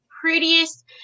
prettiest